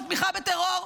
ובתמיכה בטרור,